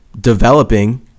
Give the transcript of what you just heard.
developing